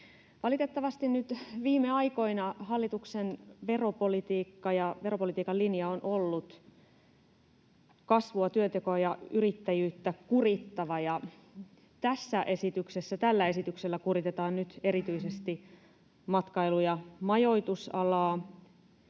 Valitettavasti nyt viime aikoina hallituksen veropolitiikka ja veropolitiikan linja on ollut kasvua, työntekoa ja yrittäjyyttä kurittava, ja tällä esityksellä kuritetaan nyt erityisesti matkailu- ja majoitusalaa,